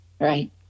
Right